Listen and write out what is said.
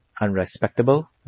unrespectable